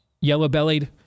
yellow-bellied